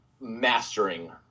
mastering